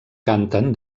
canten